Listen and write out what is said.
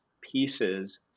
pieces